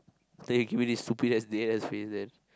then you give me this stupid ass deadass face then